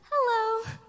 hello